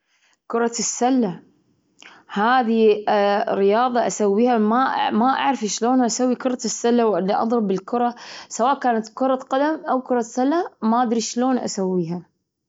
ماكو رياضة للأسف. ماكو رياضة، أنا أجي ذولا أحبها.